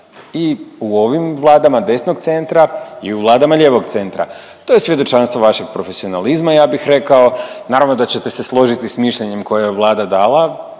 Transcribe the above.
i u ovim vladama desnog centra i u vladama lijevog centra, to je svjedočanstvo vašeg profesionalizma, ja bih rekao, naravno da ćete se složiti s mišljenjem koje je vlada dala